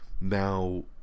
Now